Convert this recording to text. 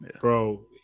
bro